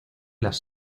las